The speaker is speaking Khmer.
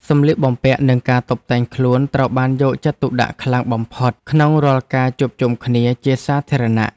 សម្លៀកបំពាក់ និងការតុបតែងខ្លួនត្រូវបានយកចិត្តទុកដាក់ខ្លាំងបំផុតក្នុងរាល់ការជួបជុំគ្នាជាសាធារណៈ។